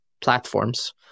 platforms